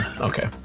Okay